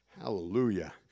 Hallelujah